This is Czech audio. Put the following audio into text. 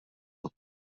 pod